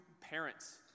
parents